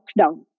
lockdown